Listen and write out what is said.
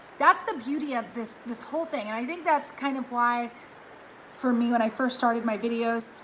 that's the beauty of this this whole thing. and i think that's kind of why for me when i first started my videos,